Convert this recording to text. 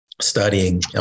studying